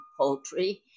poultry